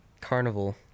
carnival